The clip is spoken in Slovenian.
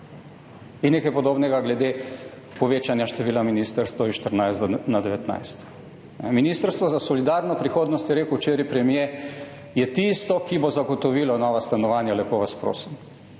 In nekaj podobnega glede povečanja števila ministrstev s 14 na 19. »Ministrstvo za solidarno prihodnost,« je rekel včeraj premier, »je tisto, ki bo zagotovilo nova stanovanja.« Lepo vas prosim.